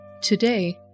Today